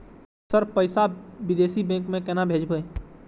Sir पैसा विदेशी bank में केना भेजबे?